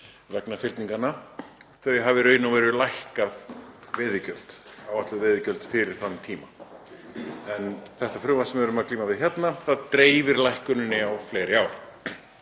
vegna fyrninganna hafi í raun og veru lækkað veiðigjöld, áætluð veiðigjöld fyrir þann tíma, en þetta frumvarp sem við erum að glíma við hérna dreifir lækkuninni á fleiri ár.